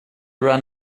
run